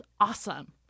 awesome